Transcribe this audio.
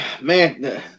man